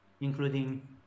including